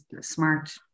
smart